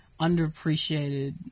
underappreciated